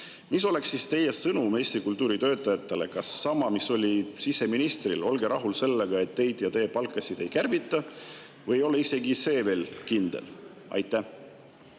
Mis oleks siis teie sõnum Eesti kultuuritöötajatele? Kas sama, mis oli siseministril, et olge rahul sellega, et teid [ei koondata] ja teie palkasid ei kärbita, või ei ole isegi see veel kindel? Aitäh!